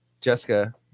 Jessica